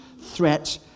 threat